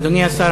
אדוני השר,